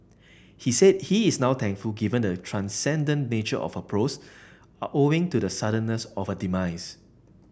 he said he is now thankful given the transcendent nature of her prose owing to the suddenness of her demise